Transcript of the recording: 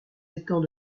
étangs